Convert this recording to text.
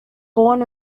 born